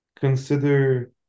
consider